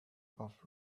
off